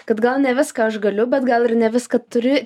kad gal ne viską aš galiu bet gal ir ne viską turi